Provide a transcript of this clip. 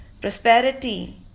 prosperity